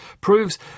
proves